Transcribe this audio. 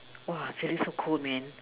!wah! feeling so cold man